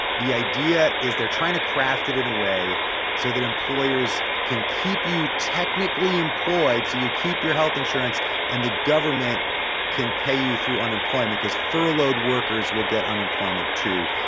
the idea is they're trying to craft it in a way so that employers can keep you technically employed so you keep your health insurance and the government can pay you through unemployment cause furloughed furloughed workers will get unemployment, too.